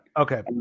Okay